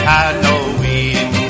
Halloween